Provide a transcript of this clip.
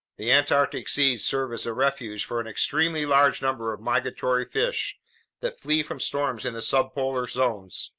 the antarctic seas serve as a refuge for an extremely large number of migratory fish that flee from storms in the subpolar zones,